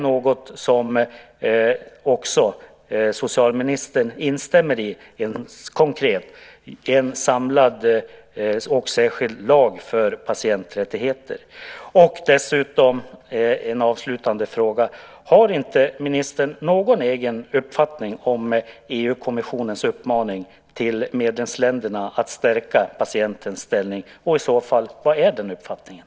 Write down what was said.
Instämmer socialministern i att man ska ha en samlad och särskild lag för patienträttigheter? Jag har en avslutande fråga. Har ministern inte någon egen uppfattning om EU-kommissionens uppmaning till medlemsländerna att stärka patientens ställning, och i så fall, vad är den uppfattningen?